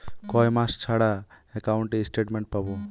কয় মাস ছাড়া একাউন্টে স্টেটমেন্ট পাব?